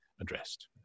addressed